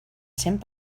cent